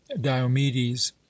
diomedes